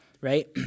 Right